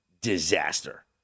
disaster